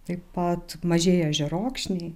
taip pat mažieji ežerokšniai